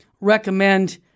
recommend